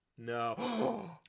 no